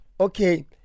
Okay